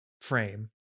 frame